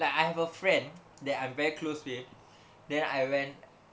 like I have a friend that I'm very close with then I went